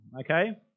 okay